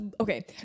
okay